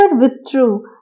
withdrew